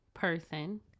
person